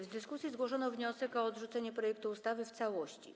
W dyskusji zgłoszono wniosek o odrzucenie projektu ustawy w całości.